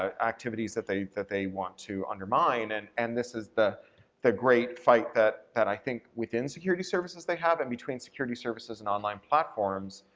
activities that they that they want to undermine, and and this is the the great fight that that i think within security services they have and between security services and online platforms,